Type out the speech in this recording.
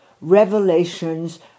Revelations